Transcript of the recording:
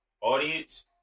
audience